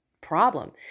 problem